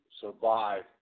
survive